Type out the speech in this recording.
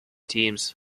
teams